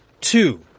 Two